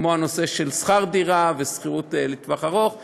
כמו הנושא של שכר דירה ושכירות לטווח ארוך וכו'.